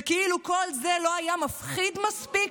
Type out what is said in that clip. וכאילו כל זה לא היה מפחיד מספיק,